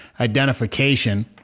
identification